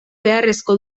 beharrezko